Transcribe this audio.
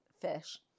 fish